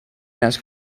asks